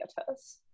theaters